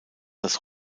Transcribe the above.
das